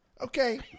Okay